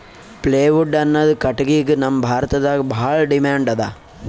plywood ಅನ್ನದ್ ಕಟ್ಟಗಿಗ್ ನಮ್ ಭಾರತದಾಗ್ ಭಾಳ್ ಡಿಮ್ಯಾಂಡ್ ಅದಾ